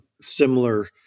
similar